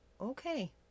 okay